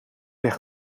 weg